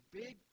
big